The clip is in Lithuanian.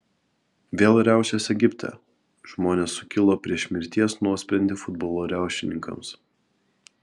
vėl riaušės egipte žmonės sukilo prieš mirties nuosprendį futbolo riaušininkams